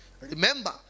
Remember